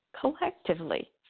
collectively